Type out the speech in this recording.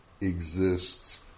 exists